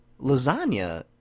Lasagna